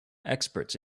experts